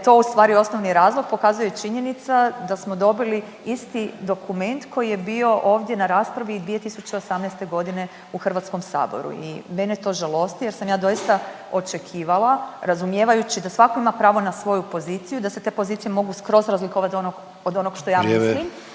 to ustvari osnovni razlog pokazuje i činjenica da smo dobili isti dokument koji je bio ovdje na raspravi i 2018. godine u Hrvatskom saboru. I mene to žalosti jer sam ja doista očekivala razumijevajući da svako ima pravo na svoju poziciju da se te pozicije mogu skroz razlikovat od onog što ja mislim…